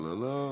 לא, לא.